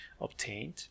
obtained